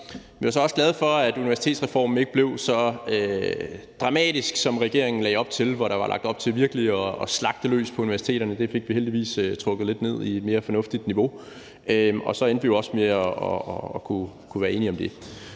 Vi var så også glade for, at universitetsreformen ikke blev så dramatisk, som regeringen lagde op til, hvor der var lagt op til virkelig at slagte løs på universiteterne, men det fik vi heldigvis trukket ned på et mere fornuftigt niveau, og så endte vi jo også med at kunne være enige om det.